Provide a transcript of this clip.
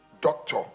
doctor